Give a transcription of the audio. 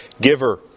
giver